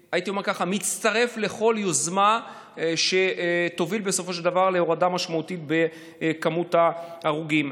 מצטרף לכל יוזמה שתוביל בסופו של דבר להורדה משמעותית במספר ההרוגים.